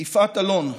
יפעת אלון.